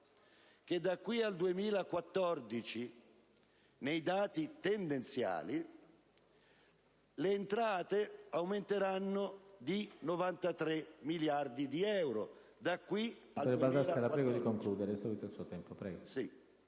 che da qui al 2014 nei dati tendenziali le entrate aumenteranno di 93 miliardi di euro.